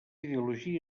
ideologia